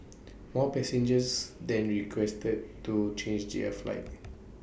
more passengers then requested to change their flights